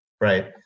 right